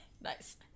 Nice